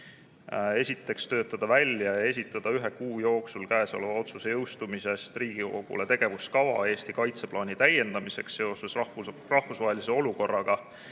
töötada välja ja esitada ühe kuu jooksul käesoleva otsuse jõustumisest Riigikogule tegevuskava Eesti kaitseplaani täiendamiseks seoses rahvusvahelise olukorraga,